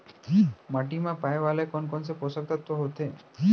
माटी मा पाए वाले कोन कोन से पोसक तत्व होथे?